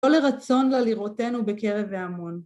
לא לרצון ללראותנו בקרב ההמון.